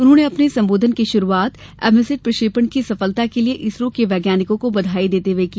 उन्होंने अपने संबोधन की शुरूआत एमिसैट प्रक्षेपण की सफलता के लिए इसरो के वैज्ञानिकों को बधाई देते हुए की